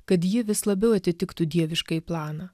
kad ji vis labiau atitiktų dieviškąjį planą